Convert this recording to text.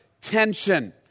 tension